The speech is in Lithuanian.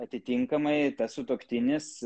atitinkamai tas sutuoktinis